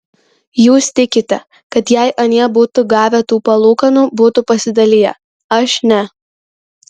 jūs tikite kad jei anie būtų gavę tų palūkanų būtų pasidaliję aš ne